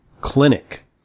clinic